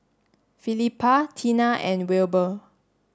Felipa Tina and Wilbur